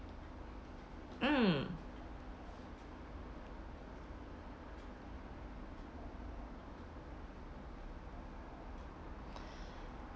mm